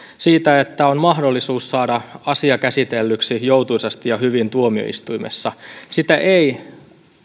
siitä että on mahdollisuus saada asia käsitellyksi joutuisasti ja hyvin tuomioistuimessa sitä ei